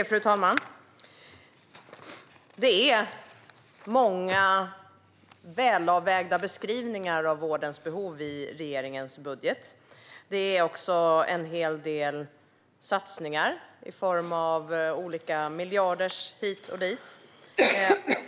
Fru talman! Det är många välavvägda beskrivningar av vårdens behov i regeringens budget. Det är också en hel del satsningar i form av olika miljarder hit och dit.